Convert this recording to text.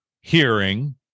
hearing